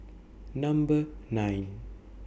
Number nine